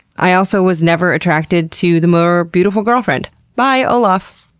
i also was never attracted to the more beautiful girlfriend. bye, olaf.